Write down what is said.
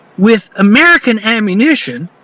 with american ammunition,